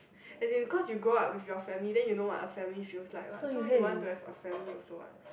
as because you grow up with your family then you know what a family use like what so you want to have a family also what